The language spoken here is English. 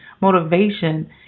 motivation